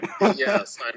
Yes